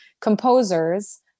composers